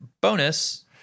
bonus